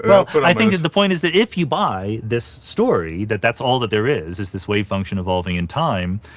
yeah but i think the point is, that if you buy this story, that that's all that there is, is this wave function evolving in time,